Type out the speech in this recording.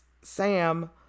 Sam